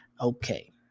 Okay